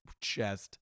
chest